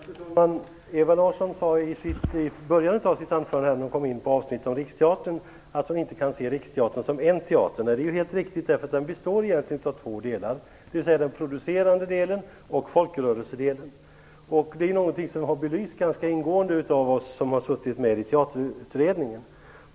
Fru talman! Ewa Larsson sade i början av sitt anförande att hon inte kan se Riksteatern som en teater. Det är helt riktigt, eftersom den egentligen består av två delar, dvs. den producerande delen och folkrörelsedelen. Det är något som har belysts ganska ingående av oss som har suttit med i Teaterutredningen.